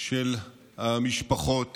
של המשפחות